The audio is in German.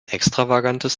extravagantes